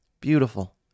Beautiful